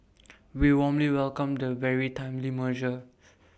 we warmly welcome the very timely merger